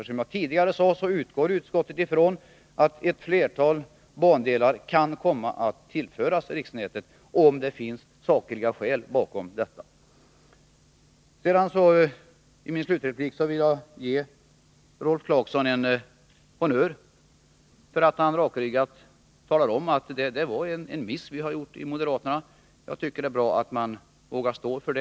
Som jag tidigare sade utgår utskottet från att ett flertal bandelar kan komma att tillföras riksnätet, om det finns sakliga skäl för detta. I min slutreplik vill jag ge Rolf Clarkson en honnör för att han rakryggat talade om att det var en miss som moderaterna hade gjort. Jag tycker att det är bra att han vågar stå för det.